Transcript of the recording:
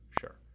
sure